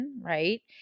right